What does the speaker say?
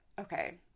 Okay